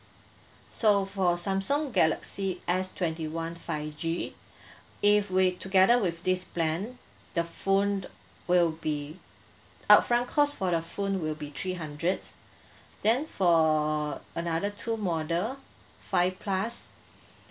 so for samsung galaxy S twenty one five G if with together with this plan the phone will be upfront cost for the phone will be three hundreds then for another two model five plus